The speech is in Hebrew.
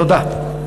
תודה.